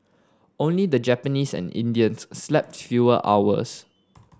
only the Japanese and Indians slept fewer hours